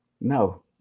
no